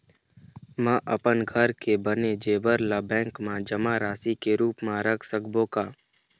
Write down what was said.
म अपन घर के बने जेवर ला बैंक म जमा राशि के रूप म रख सकबो का?